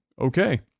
Okay